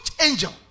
angel